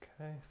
Okay